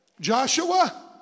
Joshua